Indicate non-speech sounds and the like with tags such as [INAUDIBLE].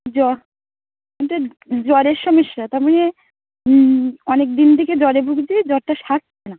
জ্বর [UNINTELLIGIBLE] জ্বরের সমেস্যা তার মানে অনেক দিন থেকে জ্বরে ভুগছি জ্বরটা সারছে না